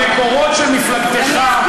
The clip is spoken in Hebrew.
המקורות של מפלגתך,